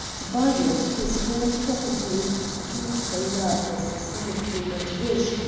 by it his whole property not so large as some of you might wish,